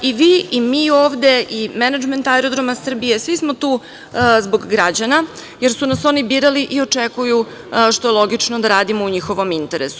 I vi i mi ovde i menadžment Aerodroma Srbije, svi smo tu zbog građana, jer su nas oni birali i očekuju, što je logično, da radimo u njihovom interesu.